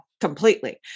completely